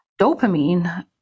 dopamine